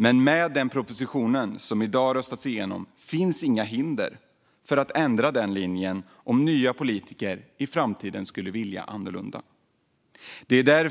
Men med den proposition som i dag röstas igenom finns det inga hinder för att ändra den linjen om nya politiker i framtiden skulle vilja annorlunda. Det är